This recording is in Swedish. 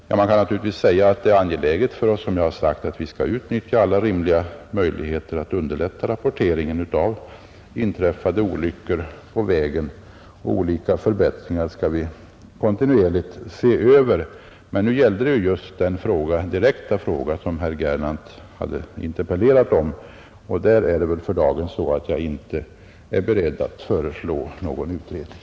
Ja, jag har sagt att det är angeläget att utnyttja alla rimliga möjligheter för att underlätta rapporteringen av inträffade olyckor på vägarna, och vi skall kontinuerligt se över de möjligheterna och försöka införa förbättringar. Men nu gäller det ju den direkta fråga som herr Gernandt har interpellerat om, och där är det så att jag för dagen inte är beredd att föreslå någon utredning.